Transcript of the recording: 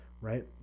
right